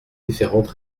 différentes